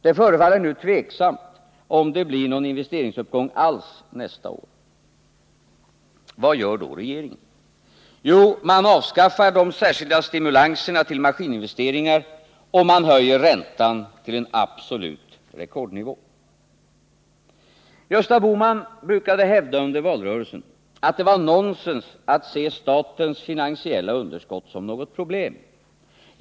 Det förefaller nu tveksamt om det blir någon investeringsuppgång alls nästa år. Vad gör då regeringen? Jo, man avskaffar de särskilda stimulanserna till maskininvesteringar och höjer räntan till en absolut rekordnivå. Gösta Bohman brukade under valrörelsen hävda att det var nonsens att se statens finansiella underskott som något problem.